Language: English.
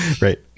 Right